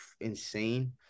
insane